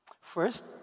First